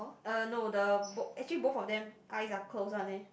uh no the b~ actually both of them eyes are closed one eh